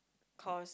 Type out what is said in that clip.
cause